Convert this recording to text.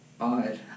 Odd